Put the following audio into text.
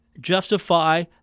justify